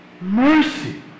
mercy